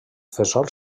fesol